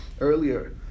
earlier